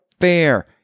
fair